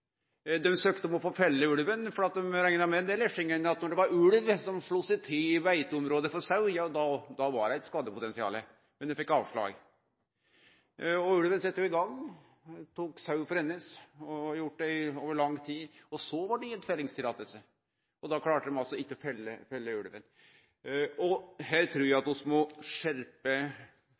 Dei søkte om å få felle ulven, for lesjingane rekna med at når det var ulv som slo seg til i beiteområdet for sau, var det eit skadepotensial. Men dei fekk avslag. Ulven sette i gang, tok sau for ende og hadde gjort det over lang tid. Da blei det gitt fellingsløyve, og da klarte dei ikkje å felle ulven. Her trur eg at vi må skjerpe